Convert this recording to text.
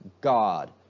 God